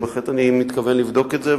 אני בהחלט מתכוון לבדוק את זה,